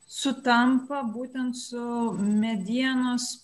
sutampa būtent su medienos